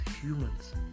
humans